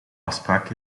afspraak